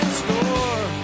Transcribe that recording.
store